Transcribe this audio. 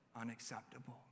unacceptable